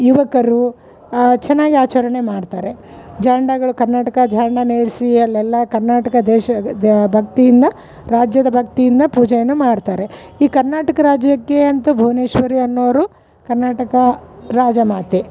ಯುವಕರು ಚೆನ್ನಾಗೆ ಆಚರಣೆ ಮಾಡ್ತಾರೆ ಜಾಂಡಗಳು ಕರ್ನಾಟಕ ಝಾಂಡನ ಏರಿಸಿ ಅಲ್ಲೆಲ್ಲ ಕರ್ನಾಟಕ ದೇಶ ಗ ದ ಭಕ್ತಿಯಿಂದ ರಾಜ್ಯದ ಭಕ್ತಿಯಿಂದ ಪೂಜೆಯನ್ನು ಮಾಡ್ತಾರೆ ಈ ಕರ್ನಾಟಕ ರಾಜ್ಯಕ್ಕೆ ಅಂತ ಭುವನೇಶ್ವರಿ ಅನ್ನೋರು ಕರ್ನಾಟಕ ರಾಜಮಾತೆ